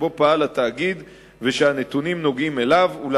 שבו פעל התאגיד ושהנתונים נוגעים אליו הוא בתחום סמכותו,